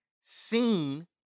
seen